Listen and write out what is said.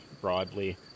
broadly